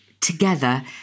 together